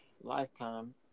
Lifetime